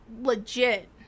legit